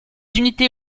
unités